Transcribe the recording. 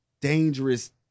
dangerous